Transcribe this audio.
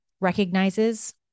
recognizes